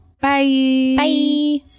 Bye